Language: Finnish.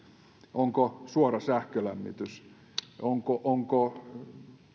onko suora sähkölämmitys onko onko